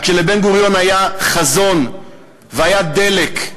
רק שלבן-גוריון היה חזון והיה דלק.